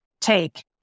take